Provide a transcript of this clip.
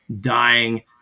dying